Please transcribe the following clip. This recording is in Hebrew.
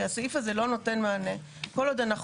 כי הסעיף הזה לא נותן מענה כל עוד אנחנו